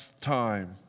time